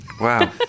wow